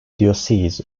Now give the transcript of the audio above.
diocese